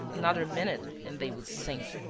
another minute and they would sink.